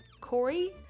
Corey